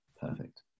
Perfect